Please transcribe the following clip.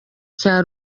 cya